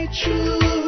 true